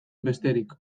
bestetik